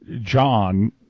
John